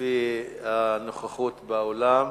לפי הנוכחות באולם,